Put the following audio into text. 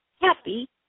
happy